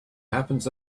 happens